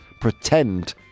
pretend